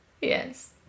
Yes